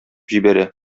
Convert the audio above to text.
җибәрә